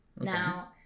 Now